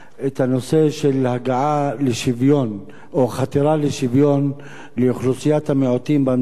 של הגעה לשוויון או חתירה לשוויון לאוכלוסיית המיעוטים במדינה בכלל,